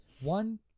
one